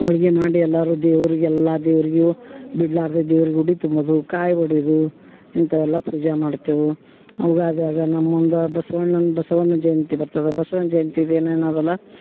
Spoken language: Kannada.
ಹೋಳಿಗೆ ಮಾಡಿ ಎಲ್ಲರೂ ದೇವ್ರ್ಗೆ ಎಲ್ಲ ದೇವ್ರಿಗೂ ಬಿಡಲಾರ್ದೆ ದೇವ್ರಿಗೆ ಉಡಿ ತುಂಬೋದು ಕಾಯಿ ಒಡ್ಯೋದು ಇಂಥವೆಲ್ಲ ಪೂಜೆ ಮಾಡ್ತೇವೆ ಯುಗಾದಿಯಾಗ ನಮ್ಮ ಮುಂದೆ ಬಸ್ವಣ್ಣನ ಬಸವ ಜಯಂತಿ ಬರ್ತದೆ ಬಸ್ವನ ಜಯಂತಿದು ಏನು ಏನದಲ್ಲ